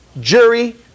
jury